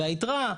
היתרה,